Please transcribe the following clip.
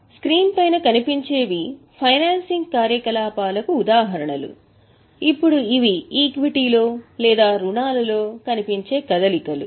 కాబట్టి స్క్రీన్ పైన కనిపించేవి ఫైనాన్సింగ్ కార్యకలాపాలకు ఉదాహరణలు ఇప్పుడు ఇవి ఈక్విటీలో లేదా రుణాలు తీసుకునే కదలికలు